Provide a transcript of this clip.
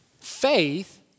Faith